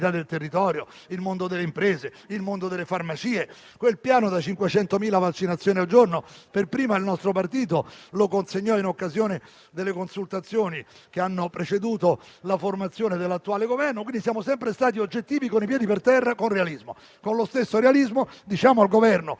territorio, il mondo delle imprese e il mondo delle farmacie. Il piano da 500.000 vaccinazioni al giorno l'ha consegnato per primo il nostro partito, in occasione delle consultazioni che hanno preceduto la formazione dell'attuale Governo. Quindi siamo sempre stati oggettivi, con i piedi per terra e con realismo. Con lo stesso realismo, diciamo al Governo